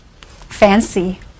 fancy